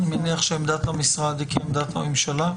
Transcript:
אני מניח שעמדת המשרד היא כעמדת הממשלה.